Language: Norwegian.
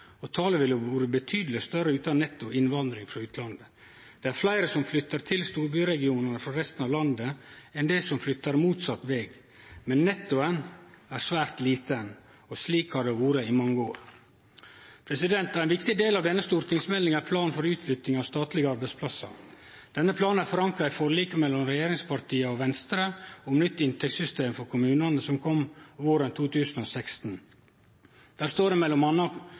og talet ville vore betydeleg større utan netto innvandring frå utlandet. Det er fleire som flyttar til storbyregionane frå resten av landet enn det er som flyttar motsett veg, men nettoen er svært liten, og slik har det vore i mange år. Ein viktig del av denne stortingsmeldinga er planen for utflytting av statlege arbeidsplassar. Denne planen er forankra i forliket mellom regjeringspartia og Venstre om nytt inntektssystem for kommunane, som kom våren 2016. Der det står det